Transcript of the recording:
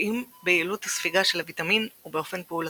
פוגעים ביעילות הספיגה של הוויטמין ובאופן פעולתו.